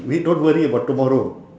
we don't worry about tomorrow